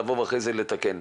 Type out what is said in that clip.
ואחרי זה לבוא ולתקן.